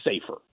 safer